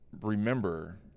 remember